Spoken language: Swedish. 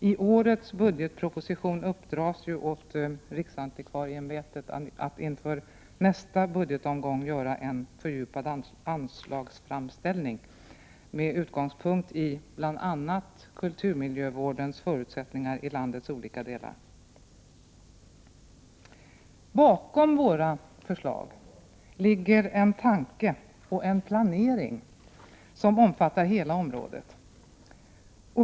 I årets budgetproposition uppdras ju åt riksantikvarieämbetet att inför nästa budgetomgång göra en fördjupad anslagsframställning med utgångspunkt i bl.a. kulturmiljövårdens förutsättningar i landets olika delar. Bakom våra förslag ligger en tanke och en planering som omfattar hela området.